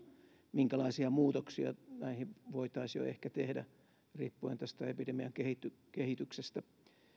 minkälaisia muutoksia näihin voitaisiin jo ehkä tehdä riippuen epidemian kehityksestä